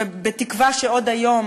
ובתקווה שעוד היום